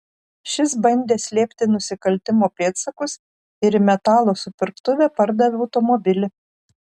šis bandė slėpti nusikaltimo pėdsakus ir į metalo supirktuvę pardavė automobilį